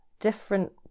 different